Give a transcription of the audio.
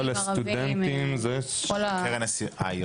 היי,